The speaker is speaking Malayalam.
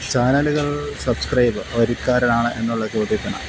ചാനല്കകള് സബ്സ്ക്രൈബ് വരിക്കാരാണ് എന്നുള്ള ചോദ്യത്തിന്